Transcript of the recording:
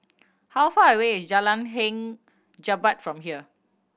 how far away is Jalan Hang Jebat from here